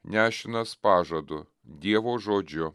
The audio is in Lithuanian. nešinas pažadu dievo žodžiu